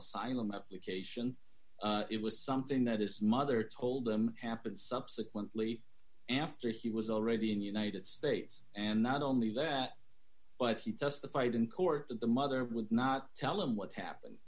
asylum application it was something that his mother told him happened subsequently after he was already in the united states and not only that but he testified in court that the mother would not tell him what happened